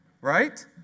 right